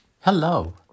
Hello